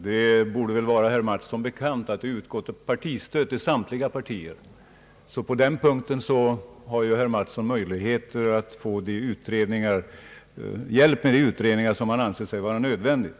Herr talman! Det torde vara herr Mattsson bekant att det utgår partistöd till samtliga partier. Därigenom har herr Mattsson möjlighet att få hjälp med de utredningar som han anser vara nödvändiga.